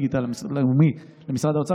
להעביר ממשרד הדיגיטל הלאומי למשרד האוצר